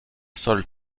sol